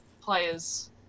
players